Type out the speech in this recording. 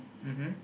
mmhmm